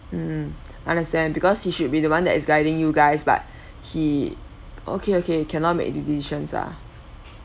um understand because he should be the one that is guiding you guys but he okay okay cannot make decisions ah